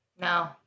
No